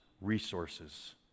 resources